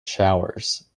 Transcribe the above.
showers